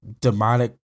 demonic